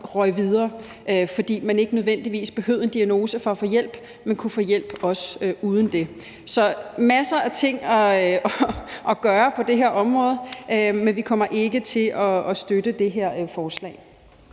røg videre, fordi man ikke nødvendigvis behøvede en diagnose for at få hjælp, men kunne få hjælp også uden den. Så der er masser af ting at gøre på det her område, men vi kommer ikke til at støtte det her forslag.